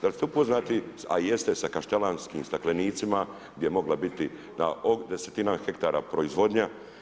Da li ste upoznati, a jeste, sa kaštelanskim staklenicima gdje je mogla biti desetina hektara proizvodnja.